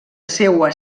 seua